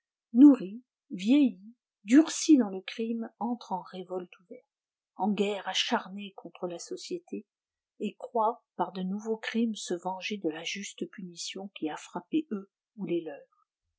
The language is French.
nourris vieillis durcis dans le crime entrent en révolte ouverte en guerre acharnée contre la société et croient par de nouveaux crimes se venger de la juste punition qui a frappé eux ou les leurs